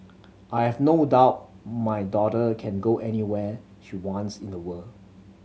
I have no doubt my daughter can go anywhere she wants in the world